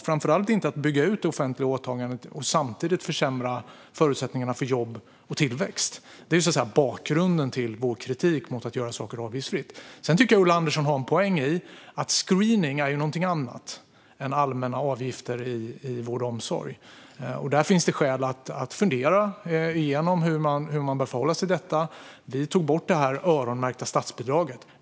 Framför allt är det inte bra att bygga ut det offentliga åtagandet och samtidigt försämra förutsättningarna för jobb och tillväxt. Det är bakgrunden till vår kritik mot att göra saker avgiftsfria. Sedan tycker jag att Ulla Andersson har en poäng i att screening är någonting annat än allmänna avgifter i vård och omsorg. Det finns skäl att fundera igenom hur man bör förhålla sig till detta. Vi tog bort det öronmärkta statsbidraget.